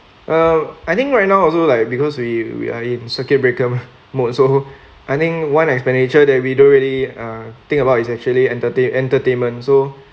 uh I think right now also like because we we are in circuit breaker mah mode so I think one expenditure that we don't really uh think about it's actually entertain entertainment so